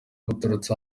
buturutse